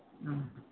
ꯎꯝ